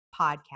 Podcast